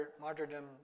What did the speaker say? martyrdom